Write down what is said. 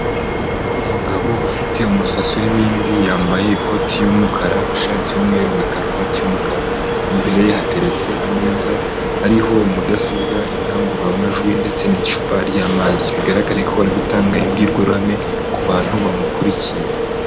Umugabo ufite umusatsi urimo imvi yambaye ikoti y'umukara ishati y'umweru na karuvati y'umukara, imbere ye hateretse ameza hariho mudasobwa indangururamajwi ndetse n'icupa ry'amazi. Bigaragara ko bari gutanga imbwirwaruhame ku bantu bamukurikiye.